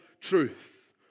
truth